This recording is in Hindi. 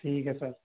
ठीक है सर